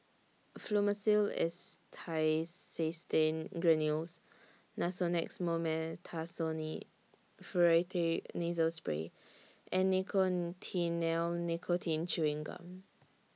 Fluimucil Acetylcysteine Granules Nasonex Mometasone Furoate Nasal Spray and Nicotinell Nicotine Chewing Gum